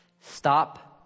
stop